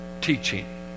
teaching